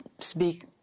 speak